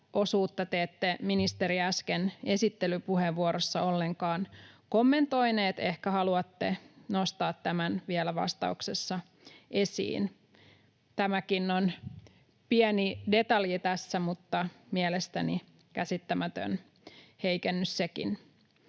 te ette, ministeri, äsken esittelypuheenvuorossa ollenkaan kommentoinut. Ehkä haluatte nostaa tämän vielä vastauksessa esiin. Tämäkin on pieni detalji tässä mutta mielestäni käsittämätön heikennys sekin.